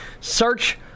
Search